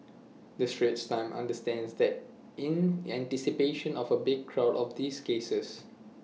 the straits times understands that in anticipation of A big crowd for these cases